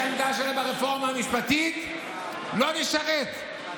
העמדה שלהם ברפורמה המשפטית הם לא ישרתו.